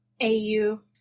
AU